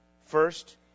first